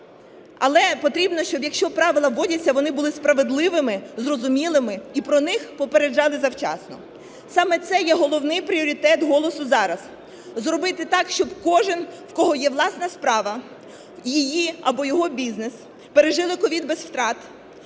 але потрібно, щоб якщо правила вводяться, вони були справедливими, зрозумілими, і про них попереджали завчасно. Саме це є головний пріоритет "Голосу" зараз: зробити так, щоби кожний, в кого є власна справа, її або його бізнес пережили ковід без втрат,